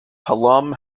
hallam